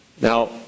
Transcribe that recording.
Now